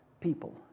people